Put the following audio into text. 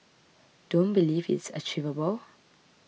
don't believe it's achievable